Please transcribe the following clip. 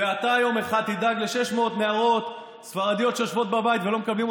וגם אם תרגז זה לא ישנה דבר.